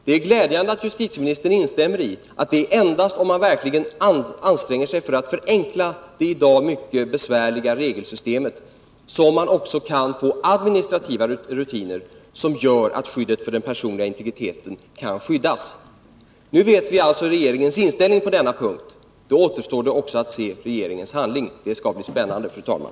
Det är glädjande att justitieministern instämmer i att det endast är om man verkligen anstränger sig för att förenkla det i dag mycket besvärliga regelsystemet som man också kan få administrativa rutiner som gör att den personliga integriteten kan skyddas. Nu vet vi alltså regeringens inställning på denna punkt. Då återstår att se regeringens handling — det skall bli spännande, fru talman.